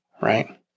right